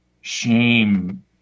shame